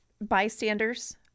bystanders